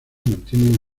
mantienen